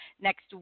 next